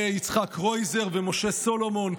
יצחק קרויזר ומשה סולומון,